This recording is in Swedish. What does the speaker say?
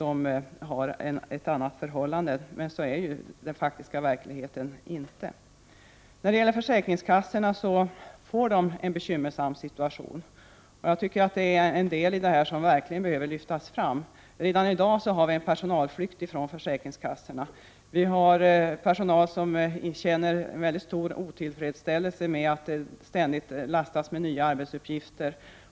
Men sådan är ju inte den faktiska verkligheten. Försäkringskassorna får en bekymmersam situation, och detta är en del i den nya ordningen som verkligen behöver lyftas fram. Redan i dag har vi en personalflykt från försäkringskassorna. Personalen känner en mycket stor otillfredsställelse över att den ständigt belastas med nya arbetsuppgifter.